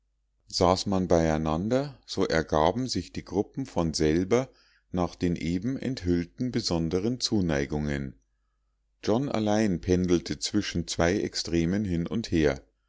saß man beieinander so ergaben sich die gruppen von selber nach den eben enthüllten besonderen zuneigungen john allein pendelte zwischen zwei extremen hin und her